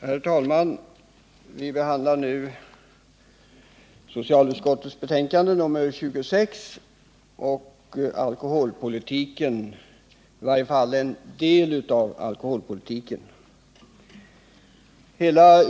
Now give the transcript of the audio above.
Herr talman! Vi skall nu behandla socialutskottets betänkande nr 26 om bl.a. en del av alkoholpolitiken.